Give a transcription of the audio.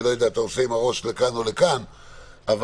אני